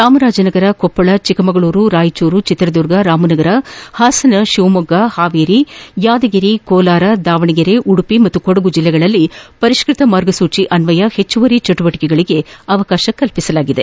ಚಾಮರಾಜನಗರ ಕೊಪ್ಪಳ ಚಿಕ್ಕಮಗಳೂರು ರಾಯಚೂರು ಚಿತ್ರದುರ್ಗ ರಾಮನಗರ ಹಾಸನ ಶಿವಮೊಗ್ಗ ಹಾವೇರಿ ಯಾದಗಿರಿ ಕೋಲಾರ ದಾವಣಗೆರೆ ಉಡುಪಿ ಮತ್ತು ಕೊಡಗು ಜಿಲ್ಲೆಗಳಲ್ಲಿ ಪರಿಷ್ನತ ಮಾರ್ಗಸೂಚಿ ಅನ್ವಯ ಹೆಚ್ಚುವರಿ ಚಟುವಟಕೆಗಳಗೆ ಅವಕಾಶ ನೀಡಲಾಗಿದೆ